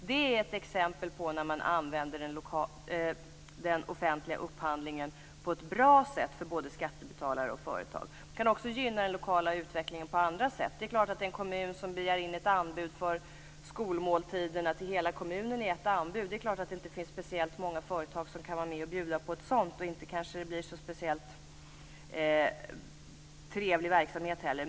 Det är ett exempel på hur man använder den offentliga upphandlingen på ett bra sätt för både skattebetalare och företag. Man kan också gynna den lokala utvecklingen på andra sätt. Om en kommun begär in ett anbud för skolmåltiderna till hela kommunen i ett anbud är det klart att det inte finns speciellt många företag som kan vara med och bjuda på ett sådant, och inte kanske det blir så speciellt trevlig verksamhet heller.